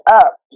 up